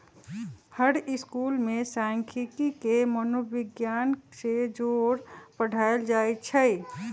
हर school में सांखियिकी के मनोविग्यान से जोड़ पढ़ायल जाई छई